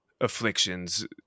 afflictions